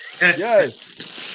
Yes